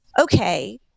Okay